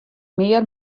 mear